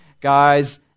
guys